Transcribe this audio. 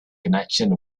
connection